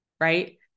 right